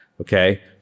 okay